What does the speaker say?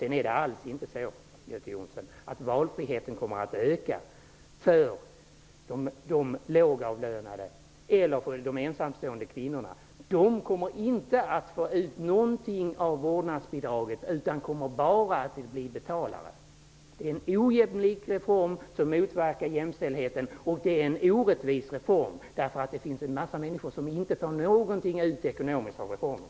Det är inte alls så, Göte Jonsson, att valfriheten kommer att öka för de lågavlönade eller för de ensamstående kvinnorna. De kommer inte att få ut någonting av vårdnadsbidraget utan kommer bara att bli betalare. Det är en ojämlik reform som motverkar jämställdheten, och det är en orättvis reform. Det finns en massa människor som inte får ut någonting ekonomiskt av reformen.